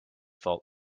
fault